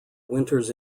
winters